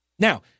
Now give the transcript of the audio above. Now